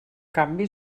canvi